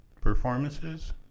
performances